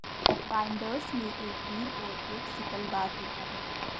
binders में एक reel और एक सिकल बार होता है